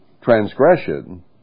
transgression